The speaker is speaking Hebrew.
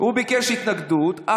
והוא ביקש התנגדות,